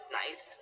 nice